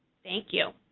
thank you.